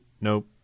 nope